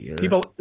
people